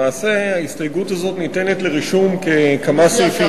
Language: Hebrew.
למעשה, ההסתייגות הזאת ניתנת לרישום ככמה סעיפים.